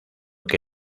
que